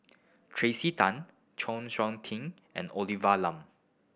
Tracey Tan Chng Seok Tin and Olivia Lum